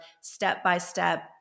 step-by-step